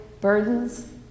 burdens